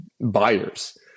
buyers